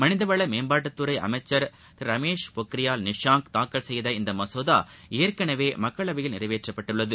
மனிதவள மேம்பாட்டுத்துறை அமைச்சர் திரு ரமேஷ் பொனியால் தாக்கல் செய்த இந்த மசோதா ஏற்களவே மக்களவையில் நிறைவேற்றப்பட்ள்ளது